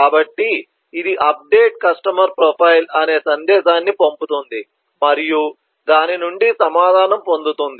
కాబట్టి ఇది update customer profile అనే సందేశాన్ని పంపుతుంది మరియు దాని నుండి సమాధానం పొందుతుంది